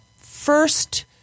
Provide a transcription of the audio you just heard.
first